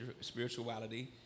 spirituality